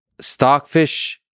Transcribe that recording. Stockfish